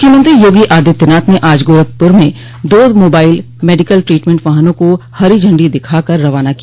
मुख्यमंत्री योगी आदित्यनाथ ने आज गोरखपुर में दो मोबाइल मेडिकल ट्रीटमेंट वाहनों को हरी झंडी दिखा कर रवाना किया